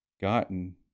gotten